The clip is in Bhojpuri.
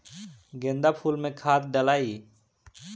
गेंदा फुल मे खाद डालाई?